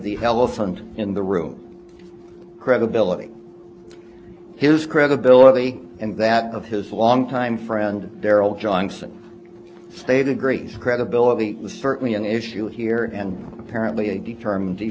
the elephant in the room credibility his credibility and that of his long time friend carol johnson stated great credibility was certainly an issue here and apparently a determin